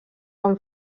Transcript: amb